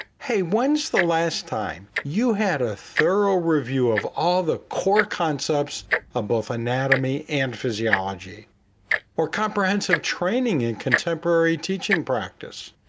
hey, when's the last time you had a thorough review of all the core concepts of both anatomy and physiology or comprehensive training and contemporary teaching practice?